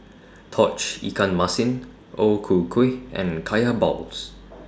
Tauge Ikan Masin O Ku Kueh and Kaya Balls